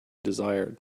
desired